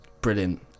brilliant